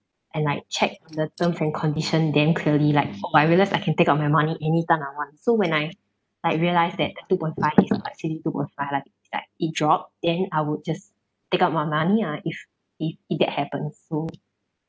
and like checked the terms and condition damn clearly like but I realise I can take out my money anytime I want so when I like realised that two point five is not actually two point five like that it drop then I would just take out my money ah if if if that happens so